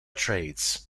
trades